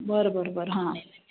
बरं बरं बरं हां